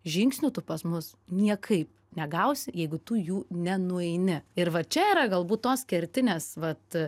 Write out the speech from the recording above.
žingsnių tu pas mus niekaip negausi jeigu tu jų nenueini ir va čia yra galbūt tos kertinės vat